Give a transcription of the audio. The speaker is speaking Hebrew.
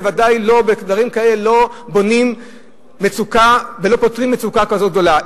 ובוודאי לא בונים ולא פותרים מצוקה כזאת גדולה.